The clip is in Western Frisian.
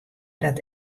dat